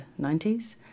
90s